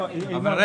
זה לא